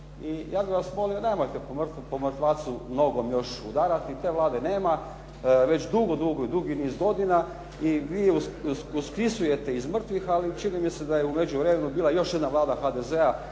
I ja bih vas molio, nemojte po mrtvacu nogom još udarati. Te Vlade nema već dugo, dugo, dugi niz godina i vi je uskrisujete iz mrtvih, ali čini mi se da je u međuvremenu bila još jedna Vlada HDZ-a